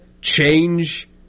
change